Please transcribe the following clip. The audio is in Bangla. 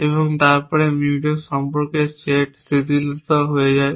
এবং তারপরে Mutex সম্পর্কের সেট স্থিতিশীল হয়ে যায়